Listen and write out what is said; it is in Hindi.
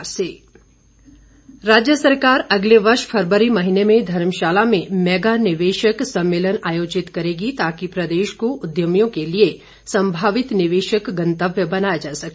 मुख्यमंत्री राज्य सरकार अगले वर्ष फरवरी महीने में धर्मशाला में मेगा निवेशक सम्मेलन आयोजित करेगी ताकि प्रदेश को उद्यमियों के लिए संभावित निवेशक गंतव्य बनाया जा सके